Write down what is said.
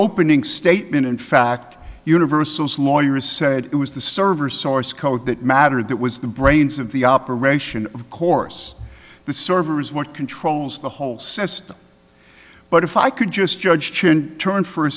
opening statement in fact universal's lawyers said it was the server source code that mattered that was the brains of the operation of course the servers what controls the whole system but if i could just judge chen turn for a